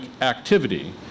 activity